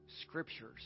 scriptures